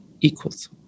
equals